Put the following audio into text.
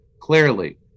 clearly